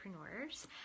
entrepreneurs